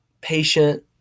Patient